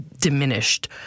diminished